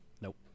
Nope